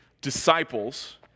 disciples